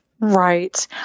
Right